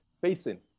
facing